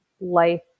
life